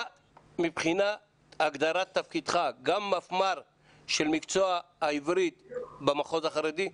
אתה מבחינת הגדרת תפקידך גם מפמ"ר של מקצוע העברית במחוז החרדי?